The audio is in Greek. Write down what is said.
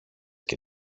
και